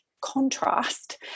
contrast